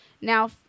Now